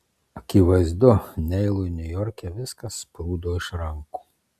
akivaizdu neilui niujorke viskas sprūdo iš rankų